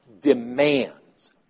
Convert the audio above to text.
demands